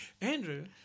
Andrew